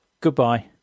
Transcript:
Goodbye